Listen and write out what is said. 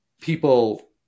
People